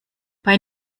bei